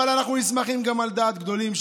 אבל אנחנו נסמכים גם על דעת גדולים,